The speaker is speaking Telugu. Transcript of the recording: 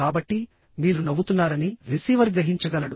కాబట్టి మీరు నవ్వుతున్నారని రిసీవర్ గ్రహించగలడు